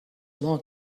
log